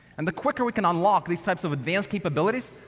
and the quicker we can unlock these types of advanced capabilities,